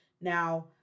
Now